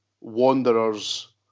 Wanderers